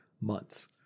months